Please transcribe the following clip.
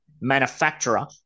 manufacturer